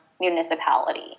municipality